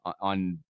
on